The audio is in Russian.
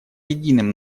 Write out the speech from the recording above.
единым